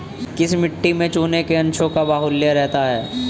किस मिट्टी में चूने के अंशों का बाहुल्य रहता है?